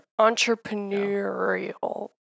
entrepreneurial